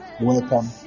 welcome